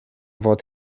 fod